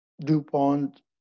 DuPont